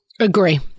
Agree